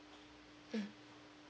mm